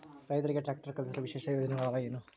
ರೈತರಿಗೆ ಟ್ರಾಕ್ಟರ್ ಖರೇದಿಸಲು ವಿಶೇಷ ಯೋಜನೆಗಳು ಅವ ಏನು?